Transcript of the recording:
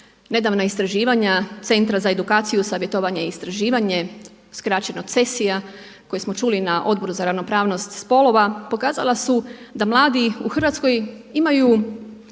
Nedavna istraživanja Centra za edukaciju, savjetovanje i istraživanje skraćeno CESIJA koju smo čuli na Odboru za ravnopravnost spolova pokazala su da mladi u Hrvatskoj imaju